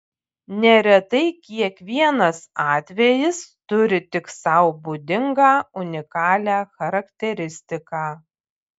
neretai kiekvienas atvejis turi tik sau būdingą unikalią charakteristiką